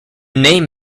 name